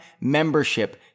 membership